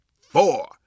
four